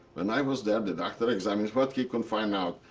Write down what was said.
when i was there, the doctor examine. what he could find out?